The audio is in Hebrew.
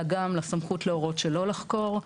אלא גם לסמכות להורות שלא לחקור.